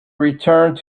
returned